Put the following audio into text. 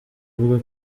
avuga